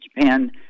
Japan